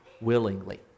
willingly